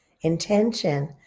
intention